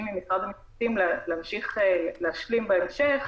ממשרד המשפטים להמשיך להשלים בהמשך